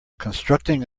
constructing